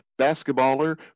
basketballer